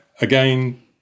again